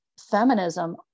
feminism